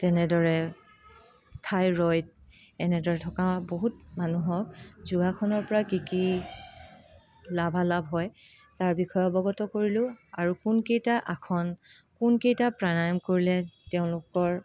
তেনেদৰে থাইৰইড এনেদৰে থকা বহুত মানুহক যোগাসনৰ পৰা কি কি লাভালাভ হয় তাৰ বিষয়ে অৱগত কৰিলো আৰু কোনকেইটা আসন কোনকেইটা প্ৰাণায়াম কৰিলে তেওঁলোকৰ